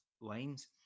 lines